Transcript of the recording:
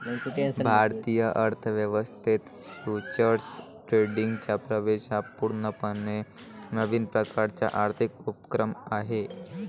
भारतीय अर्थ व्यवस्थेत फ्युचर्स ट्रेडिंगचा प्रवेश हा पूर्णपणे नवीन प्रकारचा आर्थिक उपक्रम आहे